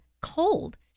cold